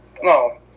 No